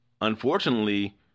unfortunately